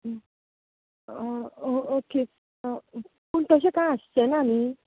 okay पूण टशें कांय आसचें ना न्ही